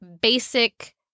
basic